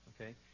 Okay